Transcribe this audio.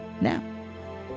now